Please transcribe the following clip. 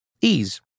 Ease